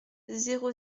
zéro